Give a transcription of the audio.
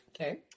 Okay